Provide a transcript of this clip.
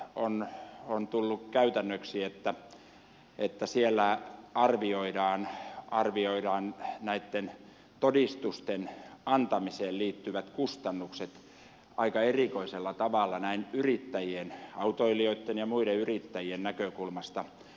trafilla on tullut käytännöksi että siellä arvioidaan näitten todistusten antamiseen liittyvät kustannukset aika erikoisella tavalla näin yrittäjien autoilijoitten ja muiden yrittäjien näkökulmasta